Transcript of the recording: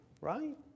right